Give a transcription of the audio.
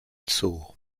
zoo